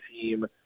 team